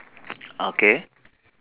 ah K